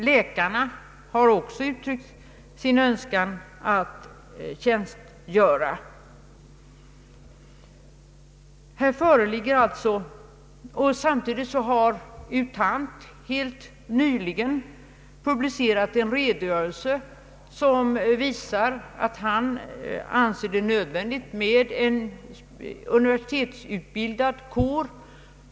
Läkarna har också uttryckt sin önskan att tjänstgöra. Samtidigt har U Thant helt nyligen publicerat en redogörelse som visar att han önskar erhålla en universitetsutbildad kår.